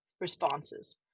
responses